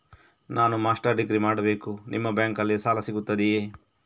ನಾನು master degree ಮಾಡಬೇಕು, ನಿಮ್ಮ ಬ್ಯಾಂಕಲ್ಲಿ ಸಾಲ ಸಿಗುತ್ತದೆಯೇ?